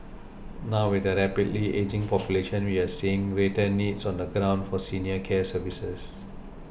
now with a rapidly ageing population we are seeing greater needs on the ground for senior care services